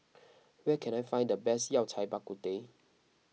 where can I find the best Yao Cai Bak Kut Teh